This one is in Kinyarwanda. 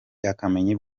akamenya